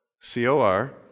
C-O-R